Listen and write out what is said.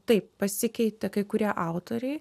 taip pasikeitė kai kurie autoriai